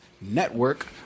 network